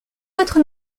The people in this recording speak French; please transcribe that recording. votre